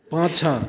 पाछाँ